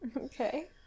Okay